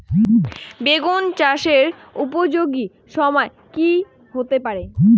বেগুন চাষের উপযোগী সময় কি হতে পারে?